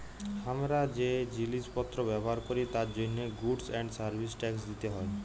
হামরা যে জিলিস পত্র ব্যবহার ক্যরি তার জন্হে গুডস এন্ড সার্ভিস ট্যাক্স দিতে হ্যয়